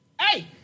Hey